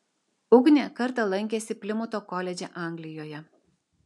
ugnė kartą lankėsi plimuto koledže anglijoje